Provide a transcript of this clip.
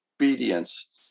Obedience